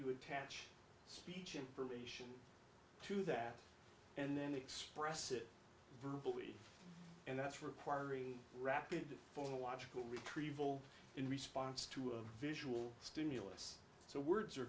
to attach each information to that and then express it verbal and that's requiring rapid for the logical retrieval in response to a visual stimulus so words are